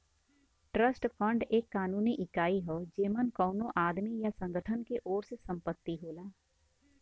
trust fund एक कानूनी इकाई हौ जेमन कउनो आदमी या संगठन के ओर से संपत्ति होला